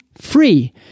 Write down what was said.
free